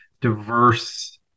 diverse